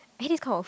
I hate this kind of